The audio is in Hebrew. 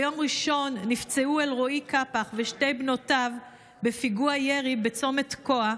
ביום ראשון נפצעו אלרואי קאפח ושתי בנותיו בפיגוע ירי בצומת תקוע,